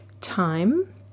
time